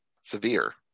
severe